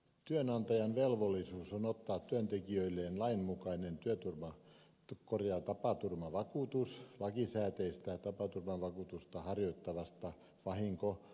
työnantajan velvollisuus on ottaa työntekijöilleen lainmukainen tapaturmavakuutus lakisääteistä tapaturmavakuutusta harjoittavasta vahinkovakuutusyhtiöstä